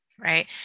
Right